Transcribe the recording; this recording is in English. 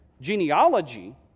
genealogy